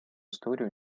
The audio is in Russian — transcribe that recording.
историю